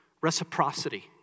Reciprocity